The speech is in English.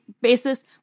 basis